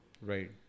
Right